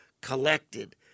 collected